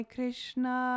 Krishna